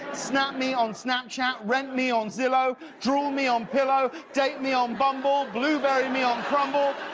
snap me on snapchat. rent me on zillow. drool me on pillow. date me on bumble. blueberry me on crumble.